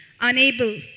Unable